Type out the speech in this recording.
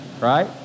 right